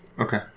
Okay